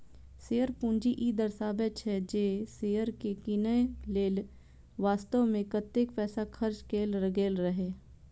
share पूंजी ई दर्शाबै छै, जे शेयर कें कीनय लेल वास्तव मे कतेक पैसा खर्च कैल गेल रहै